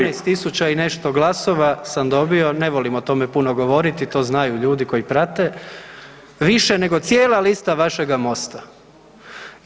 17.000 i nešto glasova sam dobio, ne volim o tome puno govoriti, to znaju ljudi koji prate, više nego cijela lista vašega MOST-a.